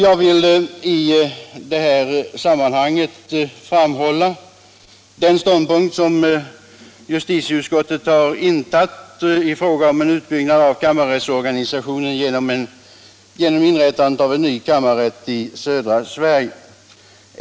Jag vill i detta sammanhang framhålla den ståndpunkt som justitieutskottet intagit i fråga om en utbyggnad av kammarrättsorganisationen genom inrättandet av en ny kammarrätt i södra Sverige.